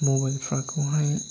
मबाइलफोरखौहाय